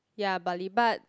ya Bali but